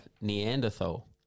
Neanderthal